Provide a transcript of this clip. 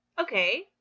Okay